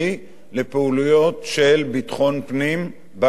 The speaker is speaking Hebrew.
לפעילויות של ביטחון פנים ביישובים.